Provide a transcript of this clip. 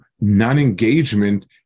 non-engagement